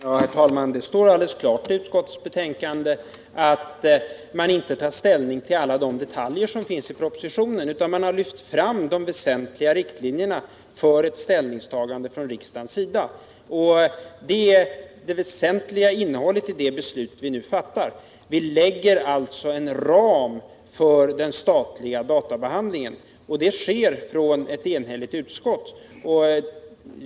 Herr talman! Det står alldeles klart i utskottets betänkande att man inte tar ställning till alla detaljer i propositionen utan har lyft fram de viktigaste riktlinjerna för ett ställningstagande från riksdagens sida. Det väsentliga innehållet i det beslut vi nu fattar är att vi fastlägger en ram för den statliga databehandlingen. Det sker av ett enigt utskott.